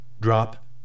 drop